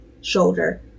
shoulder